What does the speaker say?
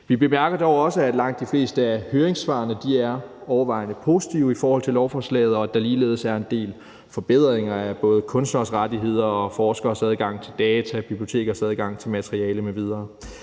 Vi bemærker dog også, at langt de fleste af høringssvarene er overvejende positive i forhold til lovforslaget, og at der ligeledes er en del forbedringer af både kunstneres rettigheder og forskeres adgang til data, bibliotekers adgang til materiale m.v.